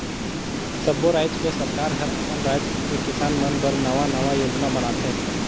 सब्बो रायज के सरकार हर अपन राज के किसान मन बर नांवा नांवा योजना बनाथे